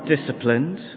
disciplined